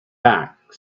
back